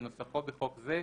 כנוסחו בחוק זה,